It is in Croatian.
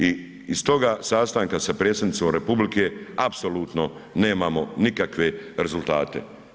I iz toga sastanka sa Predsjednicom Republike apsolutno nemamo nikakve rezultate.